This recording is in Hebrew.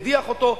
מדיח אותו,